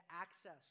access